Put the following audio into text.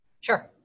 Sure